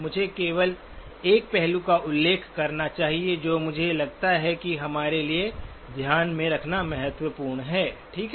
मुझे केवल एक पहलू का उल्लेख करना चाहिए जो मुझे लगता है कि हमारे लिए ध्यान में रखना महत्वपूर्ण है ठीक है